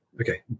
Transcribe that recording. okay